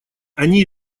они